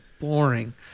boring